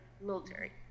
military